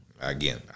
Again